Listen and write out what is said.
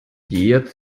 diet